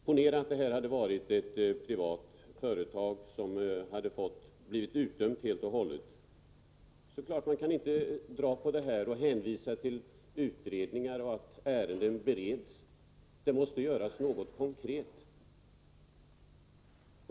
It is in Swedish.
Ponera att det varit ett privat företag som blivit helt och hållet utdömt — då hade man naturligtvis inte kunnat dra på det, hänvisa till utredningar och till att ärendet bereds; det måste göras något konkret.